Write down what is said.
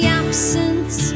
absence